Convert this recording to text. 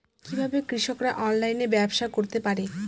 কিভাবে কৃষকরা অনলাইনে ব্যবসা করতে পারে?